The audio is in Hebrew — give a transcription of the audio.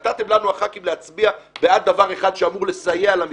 נתתם לנו הח"כים להצביע בעד דבר אחד שאמור לסייע למתמחים,